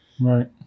Right